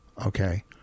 Okay